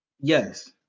yes